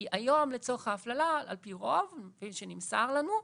היום לצורך ההפללה, על פי רוב כפי שנמסר לנו,